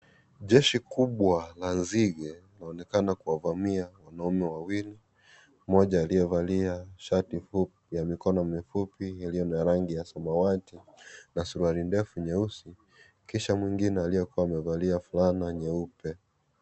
Jeshi kubwa la nzige, linaonekana kuwa vamia wanaume wawili, mmoja aliyevalia shati fupi ya mikono mifupi iliyo na rangi ya samawati na suruali ndefu nyeusi, kisha mwengine aliyekua amevalia fulana nyeupe.